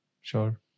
Sure